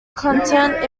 content